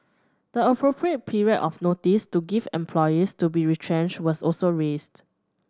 the appropriate period of notice to give employees to be retrenched was also raised